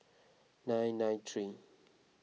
nine nine three